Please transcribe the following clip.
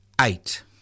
eight